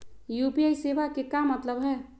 UPI सेवा के का मतलब है?